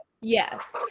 yes